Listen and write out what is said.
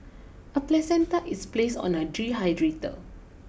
a placenta is placed on a dehydrator